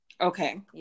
okay